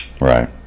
Right